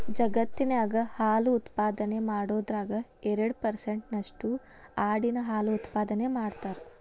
ಜಗತ್ತಿನ್ಯಾಗ ಹಾಲು ಉತ್ಪಾದನೆ ಮಾಡೋದ್ರಾಗ ಎರಡ್ ಪರ್ಸೆಂಟ್ ನಷ್ಟು ಆಡಿನ ಹಾಲು ಉತ್ಪಾದನೆ ಮಾಡ್ತಾರ